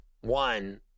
One